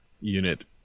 unit